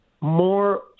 more